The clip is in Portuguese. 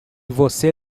você